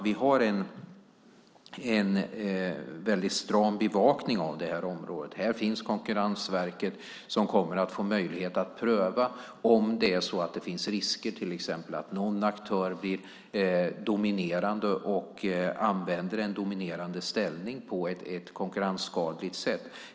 Vi har en väldigt stram bevakning av området. Här finns Konkurrensverket som kommer att få möjlighet att pröva om det till exempel finns risker att någon aktör blir dominerande och använder en dominerande ställning på ett konkurrensskadligt sätt.